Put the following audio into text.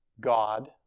God